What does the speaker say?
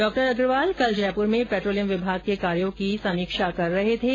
डॉ अग्रवाल कल जयपुर में पेट्रोलियम विभाग के कार्यों की समीक्षा कर रहे थे